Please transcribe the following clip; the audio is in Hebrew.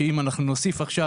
שאם אנחנו נוסיף עכשיו,